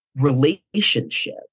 relationship